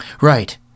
Right